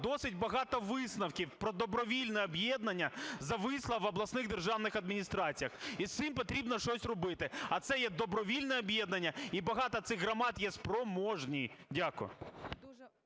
досить багато висновків про добровільні об'єднання зависло в обласних державних адміністраціях. І з цим потрібно щось робити. А це є добровільне об'єднання, і багато цих громад є спроможні. Дякую.